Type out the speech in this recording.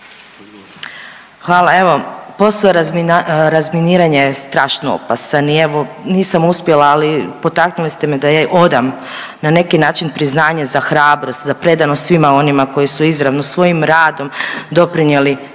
Hvala. Evo, posao razminiranja je strašno opasan i evo, nisam uspjela, ali potaknuli ste me da odam na neki način priznanje za hrabrost, za predanost svima onima koji su izravno svojim radom doprinijeli